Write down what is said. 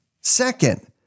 Second